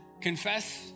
confess